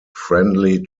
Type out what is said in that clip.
friendly